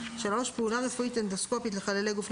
(3)פעולה רפואית אנדוסקופית לחללי גוף,